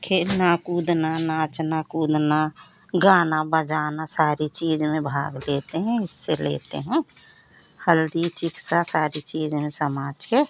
खेलना कूदना नाचना कूदना गाना बजाना सारी चीज़ में भाग लेते हैं हिस्से लेते हैं हल्दी चिक्सा सारी चीज़ में समाज के